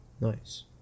Nice